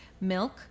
milk